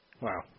Wow